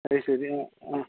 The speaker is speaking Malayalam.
അത് ശരി ആ ആ